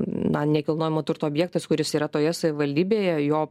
na nekilnojamo turto objektas kuris yra toje savivaldybėje jo